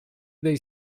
dei